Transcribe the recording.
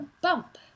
bump